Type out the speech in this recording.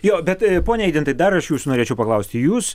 jo bet e pone eidantai dar aš jūsų norėčiau paklausti jūs